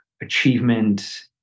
achievement